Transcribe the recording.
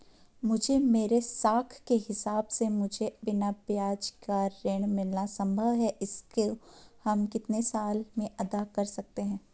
मुझे मेरे साख के हिसाब से मुझे बिना ब्याज का ऋण मिलना संभव है इसको हम कितने साल में अदा कर सकते हैं?